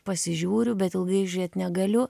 pasižiūriu bet ilgai žiūrėt negaliu